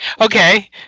Okay